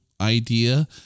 idea